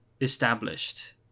established